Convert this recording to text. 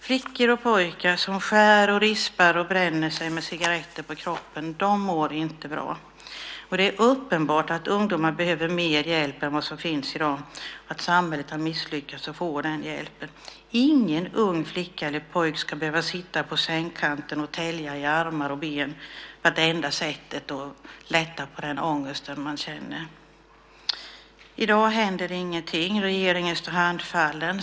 Flickor och pojkar som skär sig, ristar sig och bränner sig med cigarretter på kroppen mår inte bra. Det är uppenbart att ungdomar behöver mer hjälp än vad som finns i dag och att samhället har misslyckats att ge den hjälpen. Ingen ung flicka eller pojke ska behöva sitta på sängkanten och tälja i armar och ben för att det är enda sättet att lätta på den ångest man känner. I dag händer det ingenting. Regeringen står handfallen.